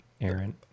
Aaron